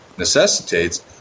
necessitates